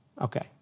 Okay